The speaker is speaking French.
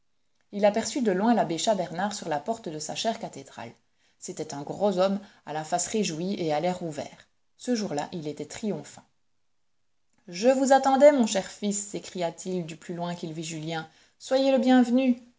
il aperçut de loin l'abbé chas bernard sur la porte de sa chère cathédrale c'était un gros homme à face réjouie et à l'air ouvert ce jour-là il était triomphant je vous attendais mon cher fils s'écria-t-il du plus loin qu'il vit julien soyez le bienvenu